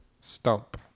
Stump